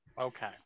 Okay